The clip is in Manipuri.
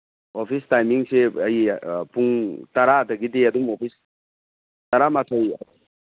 ꯑꯣꯐꯤꯁ ꯇꯥꯏꯃꯤꯡꯁꯤ ꯑꯩ ꯄꯨꯡ ꯇꯔꯥꯗꯒꯤꯗꯤ ꯑꯗꯨꯝ ꯑꯣꯐꯤꯁ ꯇꯔꯥꯃꯥꯊꯣꯏ